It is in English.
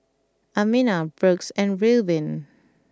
Amina Brooks and Reubin